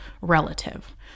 relative